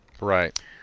Right